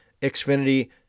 Xfinity